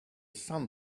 sun